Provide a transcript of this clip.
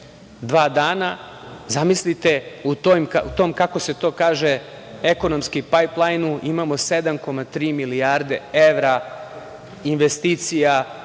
dva dana, zamislite, u tom, kako se to kaže ekonomski, pajplajnu imamo 7,3 milijarde evra investicija